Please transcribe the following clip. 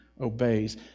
obeys